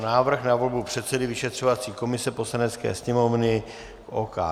Návrh na volbu předsedy vyšetřovací komise Poslanecké sněmovny k OKD